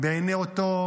בעיני אותו,